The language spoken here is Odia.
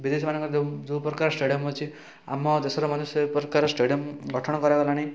ବିଦେଶ ମାନଙ୍କରେ ଯେଉଁ ଯେଉଁପ୍ରକାର ଷ୍ଟାଡ଼ିୟମ୍ ଅଛି ଆମ ଦେଶରେ ମାନେ ସେପ୍ରକାର ଷ୍ଟାଡ଼ିୟମ୍ ଗଠନ କରାଗଲାଣି